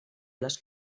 les